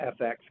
FX